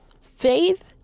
Faith